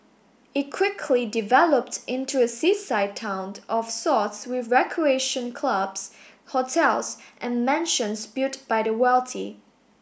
it quickly developed into a seaside town of sorts with recreation clubs hotels and mansions built by the wealthy